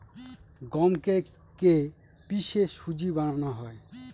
গমকে কে পিষে সুজি বানানো হয়